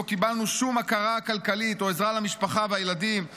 לא קיבלנו שום הכרה כלכלית / עזרה למשפחה ולילדים /